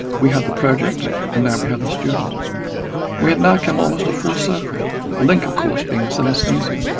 we had the project and now we had the student. and we had now come almost a full circle, the link of course being synaesthesia.